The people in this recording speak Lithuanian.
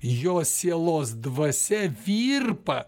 jo sielos dvasia virpa